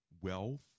wealth